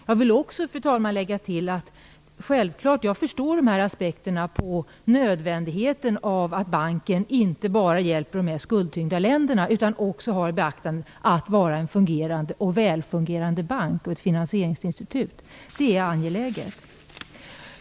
Jag vill också, fru talman, lägga till att jag självfallet förstår aspekterna vad gäller nödvändigheten av att banken inte bara hjälper de mest skuldtyngda länderna utan också fungerar väl som bank och finansieringsinstitut. Det är angeläget.